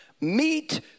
Meet